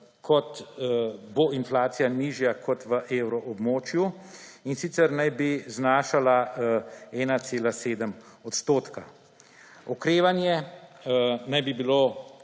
kot bo inflacija nižja kot v evroobmočju, in sicer naj bi znašala 1,7 odstotka. Okrevanje naj bi bilo